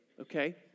okay